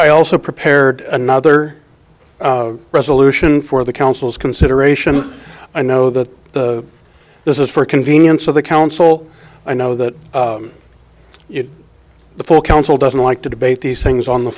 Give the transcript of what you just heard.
i also prepared another resolution for the council's consideration i know that this is for convenience of the council i know that it the full council doesn't like to debate these things on the